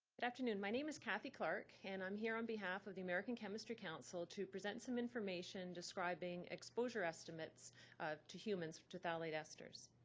good afternoon, my name is kathy clark and i'm here on behalf of the american chemistry council to present some information describing exposure estimates to humans to phthalate esters.